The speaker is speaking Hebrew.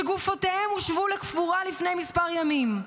שגופותיהם הושבו לקבורה לפני מספר ימים.